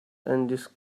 and